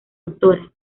autora